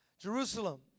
Jerusalem